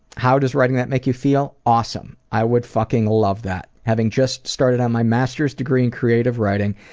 how does writing that make you feel? awesome. i would fucking love that. having just started on my masters degree in creative writing,